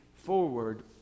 forward